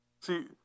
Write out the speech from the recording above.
See